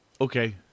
Okay